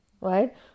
right